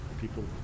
people